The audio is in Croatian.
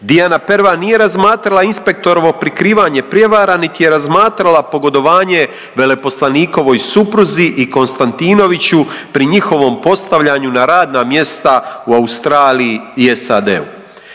Pervan nije razmatrala inspektorovo prikrivanje prijevara niti je razmatrala pogodovanje veleposlanikovoj supruzi i Konstantinoviću pri njihovom postavljanju na radna mjesta u Australiji i SAD-u.